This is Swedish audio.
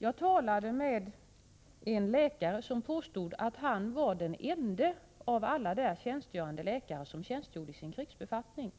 Jag talade med en läkare som påstod att han var den ende av alla där tjänstgörande läkare som tjänstgjorde isin krigsbefattning.